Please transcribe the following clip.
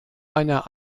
einer